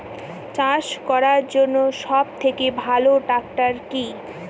চাষ করার জন্য সবথেকে ভালো ট্র্যাক্টর কি?